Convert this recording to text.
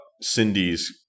Cindy's